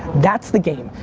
that's the game.